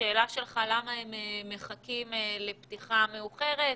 שאלת למה הם מחכים לפתיחה מאוחרת,